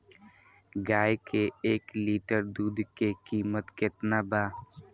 गाय के एक लीटर दुध के कीमत केतना बा?